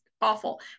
awful